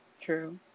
true